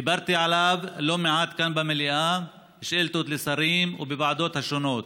דיברתי עליו לא מעט כאן במליאה בשאילתות לשרים ובוועדות השונות.